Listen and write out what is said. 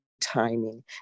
timing